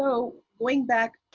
so going back,